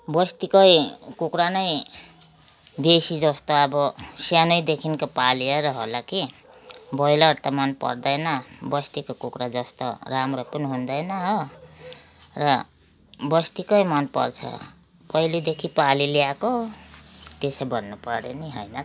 बस्तीकै कुखुरा नै देसीजस्तो अब सानैदेखि पालेर होला कि ब्रोइलर त मनपर्दैन बस्तीको कुखुरा जस्तो राम्रो पनि हुँदैन हो र बस्तीकै मनपर्छ पहिलेदेखि पालिल्याएको त्यसै भन्नुपऱ्यो नि होइन